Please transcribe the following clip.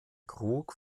krug